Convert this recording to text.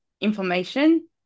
information